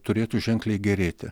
turėtų ženkliai gerėti